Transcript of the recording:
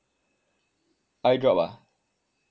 eye drop ah